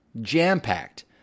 jam-packed